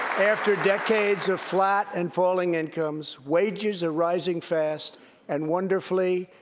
after decades of flat and falling incomes, wages are rising fast and, wonderfully,